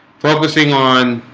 focusing on